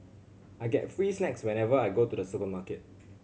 I get free snacks whenever I go to the supermarket